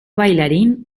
bailarín